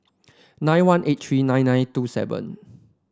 nine one eight three nine nine two seven